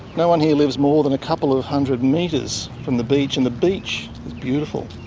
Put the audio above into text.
no one here lives more than a couple of hundred metres from the beach, and the beach is beautiful.